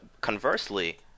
Conversely